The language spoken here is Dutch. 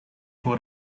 voor